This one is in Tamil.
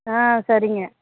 ஆ சரிங்க